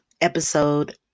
episode